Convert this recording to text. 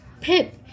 Pip